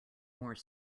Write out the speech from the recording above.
more